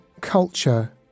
culture